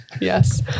Yes